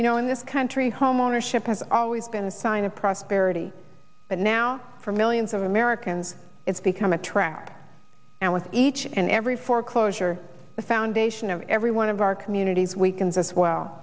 you know in this country homeownership has always been a sign of prosperity but now for millions of americans it's become a trap and with each and every foreclosure the foundation of every one of our communities weakens as well